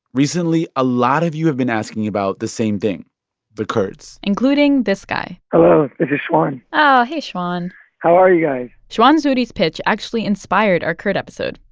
recently, a lot of you have been asking about the same thing the kurds including this guy hello. this is shwan oh, hey, shwan how are you guys? shwan zhuri's pitch actually inspired our kurd episode.